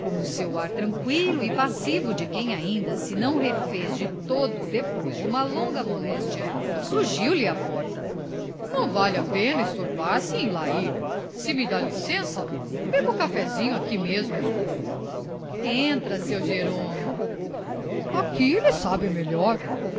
seu ar tranqüilo e passivo de quem ainda se não refez de todo depois de uma longa moléstia surgiu lhe à porta não vale a pena estorvar se em lá ir se me dá licença bebo o cafezinho aqui mesmo entra seu jerônimo aqui ele sabe melhor